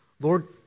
Lord